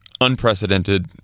unprecedented